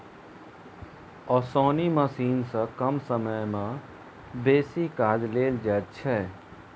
ओसौनी मशीन सॅ कम समय मे बेसी काज लेल जाइत छै